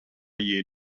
year